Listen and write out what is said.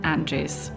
Andrews